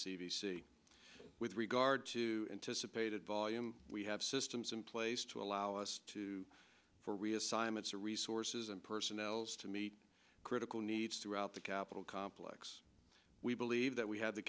c with regard to anticipated volume we have systems in place to allow us to for reassignments or resources and personnel to meet critical needs throughout the capitol complex we believe that we have the